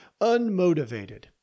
unmotivated